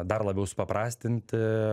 dar labiau supaprastinti